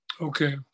Okay